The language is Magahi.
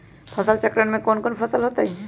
फसल चक्रण में कौन कौन फसल हो ताई?